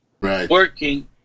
working